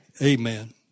Amen